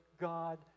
God